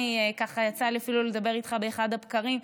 ויצא לי אפילו לדבר איתך באחד הבקרים,